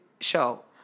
show